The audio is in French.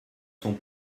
sont